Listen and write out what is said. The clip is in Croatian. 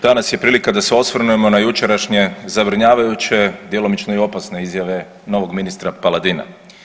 Danas je prilika da se osvrnemo na jučerašnje zabrinjavajuće, djelomično i opasne izjave novog ministra Paladina.